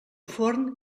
forn